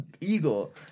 eagle